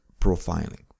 profiling